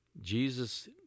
Jesus